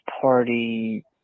party